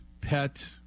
pet